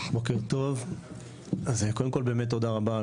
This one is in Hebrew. בוקר טוב אז קודם כל באמת תודה רבה,